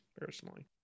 personally